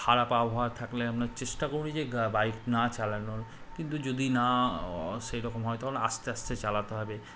খারাপ আবহাওয়া থাকলে আমরা চেষ্টা করি যে বাইক না চালানোর কিন্তু যদি না সেরকম হয় তহলে আস্তে আস্তে চালাতে হবে